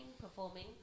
performing